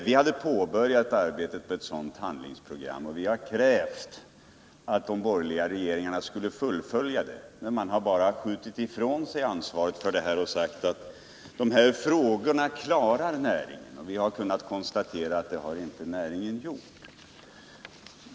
Vi hade påbörjat arbetet med ett sådant handlingsprogram och vi krävde att de borgerliga regeringarna skulle fullfölja det, men de har bara skjutit ifrån sig ansvaret och sagt att näringen kan klara detta själv. Vi har emellertid kunnat konstatera att det har näringen inte gjort.